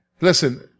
Listen